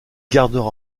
gardera